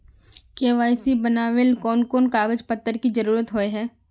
KYC बनावेल कोन कोन कागज पत्र की जरूरत होय है?